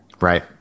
Right